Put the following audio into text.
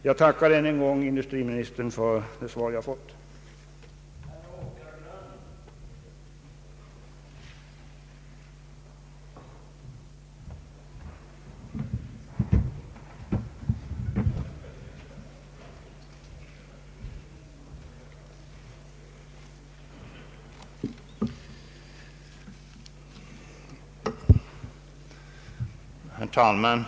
Jag tackar än en gång industriministern för det svar som jag har fått.